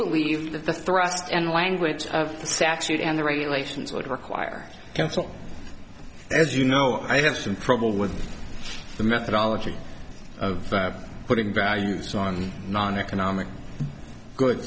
believe that the thrust and language of the sack should and the regulations would require council as you know i have some problem with the methodology of putting values on noneconomic good